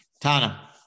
Tana